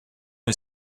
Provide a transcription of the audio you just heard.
est